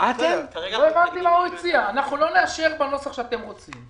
אנחנו לא נאשר בנוסח שאתם רוצים.